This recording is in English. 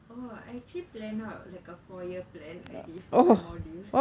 oh I actually plan out like a four year plan already for my module